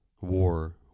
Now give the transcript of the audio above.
War